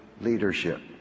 leadership